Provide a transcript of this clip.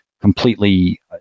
completely